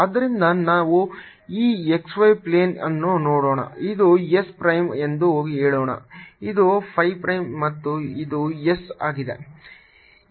ಆದ್ದರಿಂದ ನಾವು ಈ x y ಪ್ಲೇನ್ ಅನ್ನು ನೋಡೋಣ ಇದು s ಪ್ರೈಮ್ ಎಂದು ಹೇಳೋಣ ಇದು phi ಪ್ರೈಮ್ ಮತ್ತು ಇದು s ಆಗಿದೆ